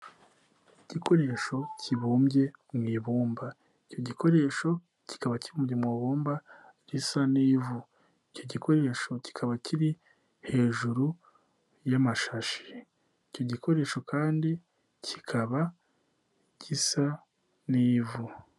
Igikoresho kibumbye mu ibumba, icyo gikoresho kikaba kibumbye mu ibumba gisa n'ivu, icyo gikoresho kikaba kiri hejuru y'amashashi, icyo gikoresho kandi kikaba gisa n'ivu.